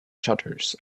shutters